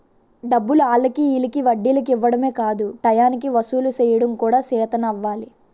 డబ్బులు ఆల్లకి ఈల్లకి వడ్డీలకి ఇవ్వడమే కాదు టయానికి వసూలు సెయ్యడం కూడా సేతనవ్వాలి